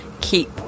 keep